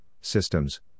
systems